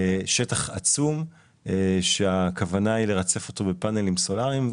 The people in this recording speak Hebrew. מדובר בשטח עצום שהכוונה לרצף אותו בפאנלים סולאריים.